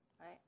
right